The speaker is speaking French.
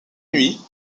nuit